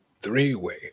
three-way